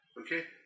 Okay